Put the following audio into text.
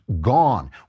Gone